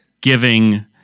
giving